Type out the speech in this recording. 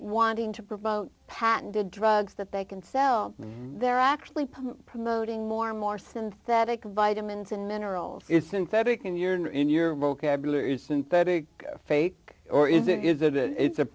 wanting to provoke patented drugs that they can sell they're actually promoting more and more synthetic vitamins and minerals synthetic in your in your vocabulary synthetic fake or is it is that it's a